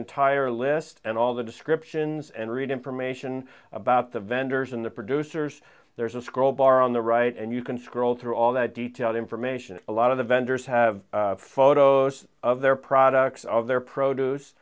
entire list and all the descriptions and read information about the vendors and the producers there's a scroll bar on the right and you can scroll through all that detailed information a lot of the vendors have photos of their products of their produce